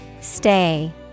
Stay